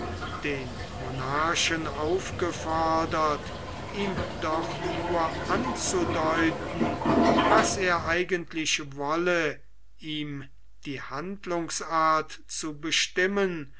den monarchen aufgefordert ihm doch nur anzudeuten was er eigentlich wolle ihm die handlungsart zu bestimmen